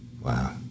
Wow